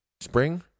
Spring